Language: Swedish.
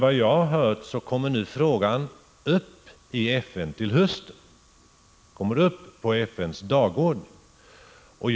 Vad jag har hört kommer frågan upp på dagordningen i FN nu till hösten.